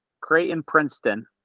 Creighton-Princeton